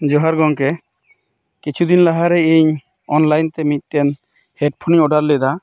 ᱡᱚᱦᱟᱨ ᱜᱚᱝᱠᱮ ᱠᱤᱪᱷᱩ ᱫᱤᱱ ᱞᱟᱦᱟᱨᱮ ᱤᱧ ᱚᱱᱞᱟᱭᱤᱱ ᱛᱮ ᱢᱤᱫ ᱴᱮᱱ ᱦᱮᱰᱯᱷᱳᱱᱤᱧ ᱚᱰᱟᱨ ᱞᱮᱫᱟ